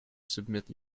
submit